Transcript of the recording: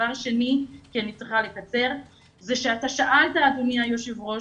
דבר שני, אתה שאלת, אדוני היושב ראש,